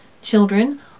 children